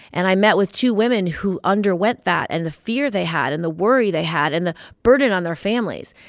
and i met with two women who underwent that and the fear they had and the worry they had and the burden on their families.